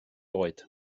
oed